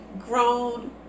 grown